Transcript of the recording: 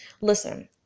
Listen